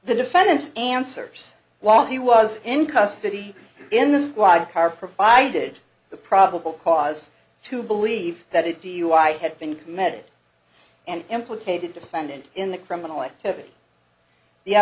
the defendant's answers while he was in custody in the squad car provided the probable cause to believe that a dui had been committed and implicated defendant in the criminal activity